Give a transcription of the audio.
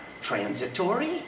transitory